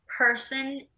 person